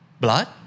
Blood